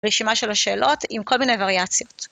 רשימה של השאלות עם כל מיני וריאציות.